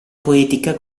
poetica